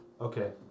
Okay